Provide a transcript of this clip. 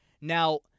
Now